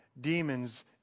demons